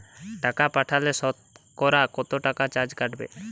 টাকা পাঠালে সতকরা কত টাকা চার্জ কাটবে?